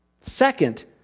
Second